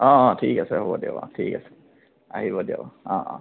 অঁ অঁ ঠিক আছে হ'ব দিয়ক অঁ ঠিক আছে আহিব দিয়ক অঁ অঁ